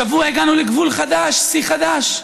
השבוע הגענו לגבול חדש, שיא חדש: